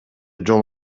жол